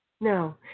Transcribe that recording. No